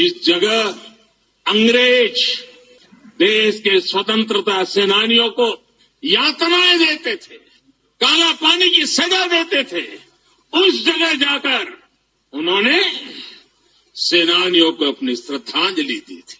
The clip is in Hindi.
जिस जगह अंग्रेज देश के स्वतंत्रता सेनानियों को यातनाएं देते थे काला पानी की सजा देते थे उस जगह जाकर उन्होंने सेनानियों को अपनी श्रद्दाजंलि दी थी